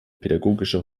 pädagogischer